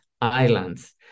islands